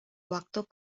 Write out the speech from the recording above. waktu